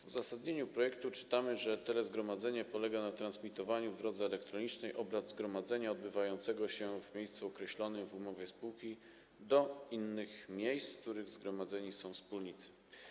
W uzasadnieniu projektu czytamy, że telezgromadzenie polega na transmitowaniu w drodze elektronicznej obrad zgromadzenia odbywającego się w miejscu określonym w umowie spółki do innych miejsc, w których zgromadzeni są wspólnicy.